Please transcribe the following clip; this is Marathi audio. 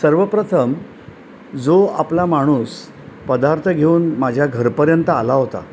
सर्वप्रथम जो आपला माणूस पदार्थ घेऊन माझ्या घरपर्यंत आला होता